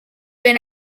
been